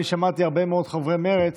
שאני שמעתי הרבה מאוד חברי מרצ